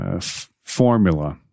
formula